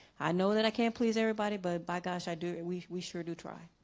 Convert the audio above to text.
i know that i can't please everybody but by gosh i do and we we sure do try.